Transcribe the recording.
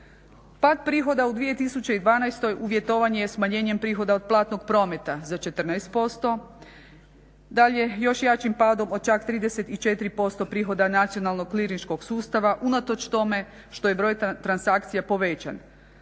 Pad prihoda u 2012. uvjetovan je smanjenjem prihoda od platnog prometa za 14%, dalje još jačim padom od čak 34% prihoda nacionalnog … sustava unatoč tome što je broj transakcija povećan.